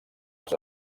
els